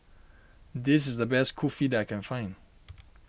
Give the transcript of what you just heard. this is the best Kulfi that I can find